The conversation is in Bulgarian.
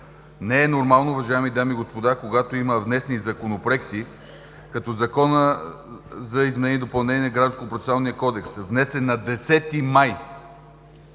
Не е нормално, уважаеми дами и господа, когато има внесени законопроекти, като Закона за изменение и допълнение на гражданско-процесуалния кодекс, внесен на 10 май